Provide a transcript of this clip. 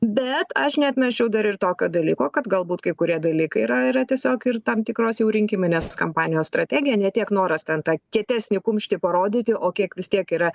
bet aš neatmesčiau dar ir tokio dalyko kad galbūt kai kurie dalykai yra yra tiesiog ir tam tikros jau rinkiminės kampanijos strategija ne tiek noras ten ta kietesnį kumštį parodyti o kiek vis tiek yra